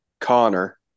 Connor